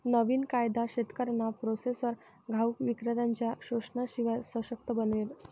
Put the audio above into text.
नवीन कायदा शेतकऱ्यांना प्रोसेसर घाऊक विक्रेत्त्यांनच्या शोषणाशिवाय सशक्त बनवेल